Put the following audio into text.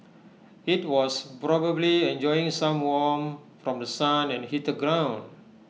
IT was probably enjoying some warmth from The Sun and heated ground